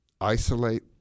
isolate